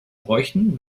bräuchen